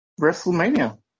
WrestleMania